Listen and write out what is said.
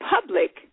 public